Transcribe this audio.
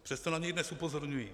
Přesto na něj dnes upozorňuji.